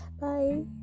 bye